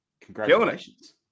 Congratulations